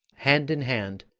hand in hand,